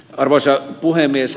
arvoisa puhemies